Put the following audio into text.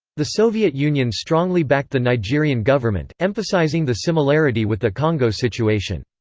the soviet union strongly backed the nigerian government, emphasising the similarity with the congo situation.